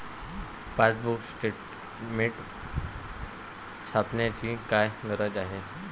Passbook statement छापण्याची काय गरज आहे?